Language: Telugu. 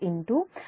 866 Ia1 j6